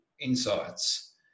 insights